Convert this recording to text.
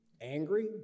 angry